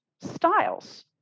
styles